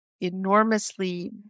enormously